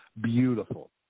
Beautiful